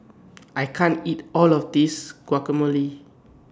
I can't eat All of This Guacamole